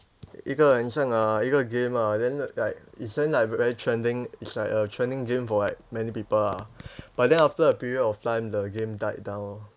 一个很像 uh mandarin>一个:yi ge game lah then like recent like very trending it's like a trending game for like many people ah but then after two year of time the game died down